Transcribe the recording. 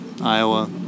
Iowa